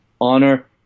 honor